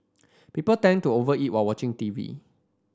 people tend to over eat while watching television